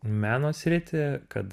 meno sritį kad